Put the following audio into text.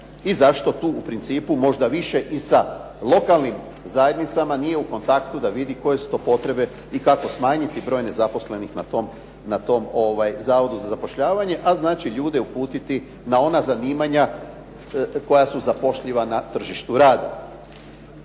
i zašto tu u principu možda više i sa lokalnim zajednicama nije u kontaktu da vidi koje su to potrebe i kako smanjiti broj nezaposlenih na tom Zavodu za zapošljavanje, a znači ljude uputiti na ona zanimanja koja su zapošljiva na tržištu rada.